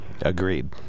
Agreed